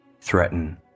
threaten